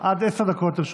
עד עשר דקות לרשותך.